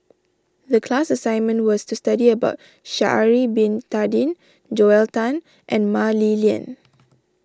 the class assignment was to study about Sha'ari Bin Tadin Joel Tan and Mah Li Lian